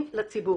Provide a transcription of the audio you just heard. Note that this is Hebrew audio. לציבור.